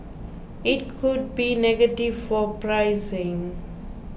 it could be negative for pricing